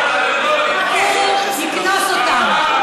הוא יקנוס אותם.